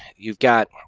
you've got,